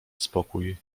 spokój